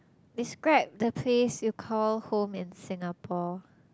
describe the place you call home in Singapore